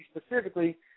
specifically